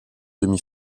demi